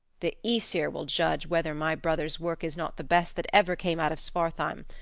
the aesir will judge whether my brother's work is not the best that ever came out of svartheim.